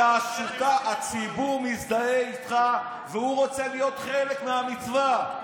אלא הציבור מזדהה איתך והוא רוצה להיות חלק מהמצווה.